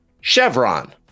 Chevron